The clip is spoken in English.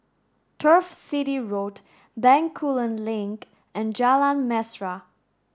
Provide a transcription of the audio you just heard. Turf City Road Bencoolen Link and Jalan Mesra